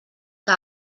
que